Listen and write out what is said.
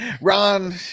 Ron